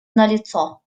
налицо